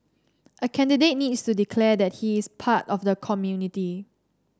a candidate needs to declare that he is part of the community